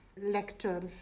lectures